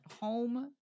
home